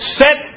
set